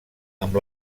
amb